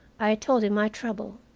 i told him my trouble,